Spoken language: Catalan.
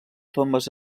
tombes